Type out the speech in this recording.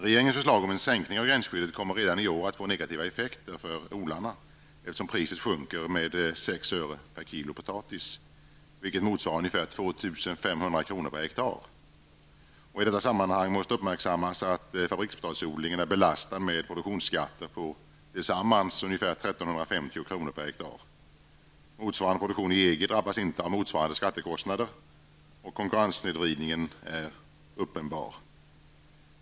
Regeringens förslag om en sänkning av gränsskyddet kommer redan i år att få negativa effekter för odlarna, eftersom priset sjunker med sex öre per kilo potatis, vilket motsvarar ungefär I detta sammanhang måste uppmärksammas att fabrikspotatisodlingen är belastad med produktionsskatter på tillsammans ungefär 1 350 drabbas inte av motsvarande skattekostnader. Konkurrenssnedvridningen är uppenbar.